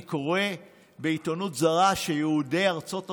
אני קורא בעיתונות זרה שיהודי ארצות הברית,